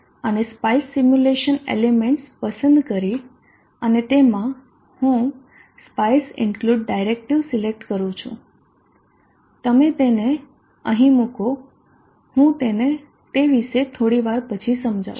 અને SPICE simulation elements પસંદ કરી અને તેમાં હું સ્પાઇસ ઇન્ક્લુડ ડાયરેક્ટિવ સિલેક્ટ કરુ છું તમે તેને અહીં મુકો હું તે વિશે થોડી વાર પછી સમજાવું